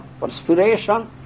perspiration